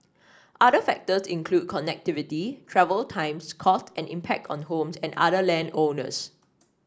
other factors include connectivity travel times costs and impact on homes and other land owners